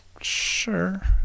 sure